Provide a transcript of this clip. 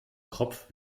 kropf